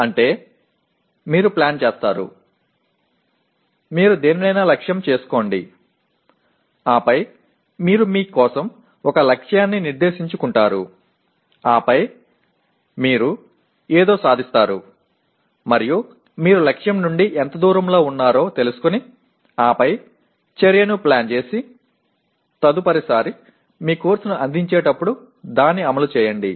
అంటే మీరు ప్లాన్ చేస్తారు మీరు దేనినైనా లక్ష్యంగా చేసుకోండి ఆపై మీరు మీ కోసం ఒక లక్ష్యాన్ని నిర్దేశించుకుంటారు ఆపై మీరు ఏదో సాధిస్తారు మరియు మీరు లక్ష్యం నుండి ఎంత దూరంలో ఉన్నారో తెలుసుకుని ఆపై చర్యను ప్లాన్ చేసి తదుపరిసారి మీరు కోర్సును అందించేటప్పుడు దాన్ని అమలు చేయండి